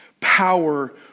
power